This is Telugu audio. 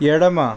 ఎడమ